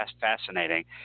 fascinating